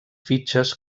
fitxes